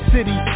City